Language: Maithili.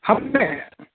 हमे